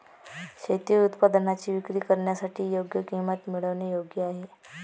शेती उत्पादनांची विक्री करण्यासाठी योग्य किंमत मिळवणे योग्य आहे